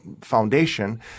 foundation